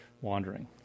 wandering